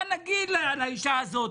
מה נגיד לאישה הזאת?